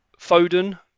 foden